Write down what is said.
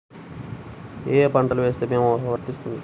ఏ ఏ పంటలు వేస్తే భీమా వర్తిస్తుంది?